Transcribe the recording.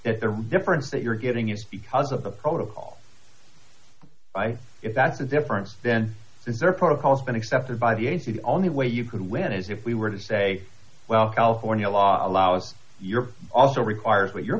that the difference that you're getting is because of the protocol by in fact the difference then is there protocols been accepted by the a n c the only way you could win is if we were to say well california law allows you're also requires that your